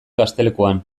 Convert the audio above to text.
gaztelekuan